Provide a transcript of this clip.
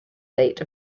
date